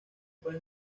puede